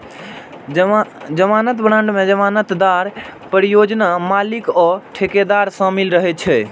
जमानत बांड मे जमानतदार, परियोजना मालिक आ ठेकेदार शामिल रहै छै